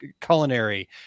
culinary